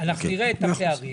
נראה את הפערים,